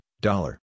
Dollar